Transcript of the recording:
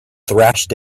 thrashed